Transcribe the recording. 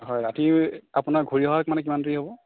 হয় ৰাতি আপোনাৰ ঘূৰি অহা মানে কিমান দেৰি হ'ব